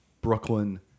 brooklyn